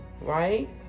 right